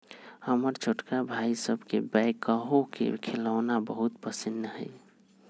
हमर छोटका भाई सभके बैकहो के खेलौना बहुते पसिन्न हइ